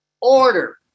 order